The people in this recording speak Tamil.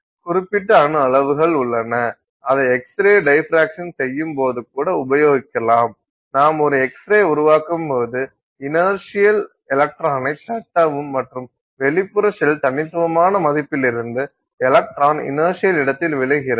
குறிப்பிட்ட அணு அளவுகள் உள்ளன அதை எக்ஸ்ரே டைபிராக்சன் செய்யும்போது கூட உபயோகிக்கலாம் நாம் ஒரு எக்ஸ்ரே உருவாக்கும்போது இனர்சியல் எலக்ட்ரானைத் தட்டவும் மற்றும் வெளிப்புற ஷெல் தனித்துவமான மதிப்பிலிருந்து எலக்ட்ரான் இனர்சியல் இடத்தில் விழுகிறது